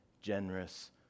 generous